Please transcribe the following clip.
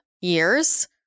years